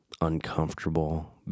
uncomfortable